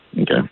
Okay